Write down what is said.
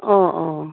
অঁ অঁ